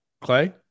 Clay